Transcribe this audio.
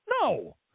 No